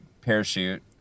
parachute